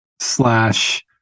slash